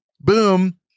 Boom